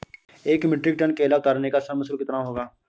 एक metric tonne केला उतारने का श्रम शुल्क कितना होगा?